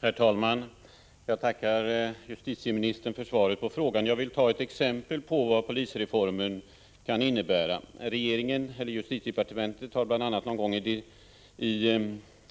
Herr talman! Jag tackar justitieministern för svaret på min fråga. Jag vill ge ett exempel på vad polisreformen kan innebära. Regeringen — justitiedepartementet — beslöt någon gång i